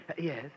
Yes